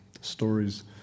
stories